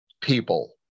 people